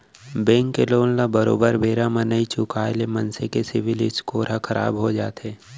bank के loan ल बरोबर बेरा म नइ चुकाय ले मनसे के सिविल स्कोर ह खराब हो जाथे